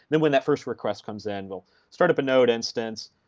and when that first request comes and we'll start up a node instance,